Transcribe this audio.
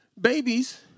Babies